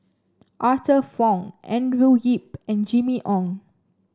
Arthur Fong Andrew Yip and Jimmy Ong